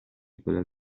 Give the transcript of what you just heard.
quella